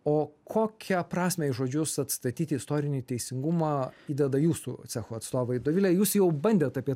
o kokią prasmę į žodžius atstatyti istorinį teisingumą įdeda jūsų cecho atstovai dovile jūs jau bandėt apie